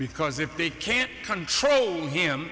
because if they can't control him